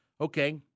okay